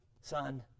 Son